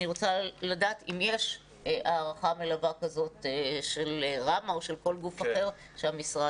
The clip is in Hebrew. אני רוצה לדעת אם יש הערכה מלווה כזאת של ראמ"ה או של כל גוף אחר במשרד.